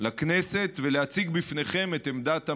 לכנסת ולהציג בפניכם את עמדת הממשלה.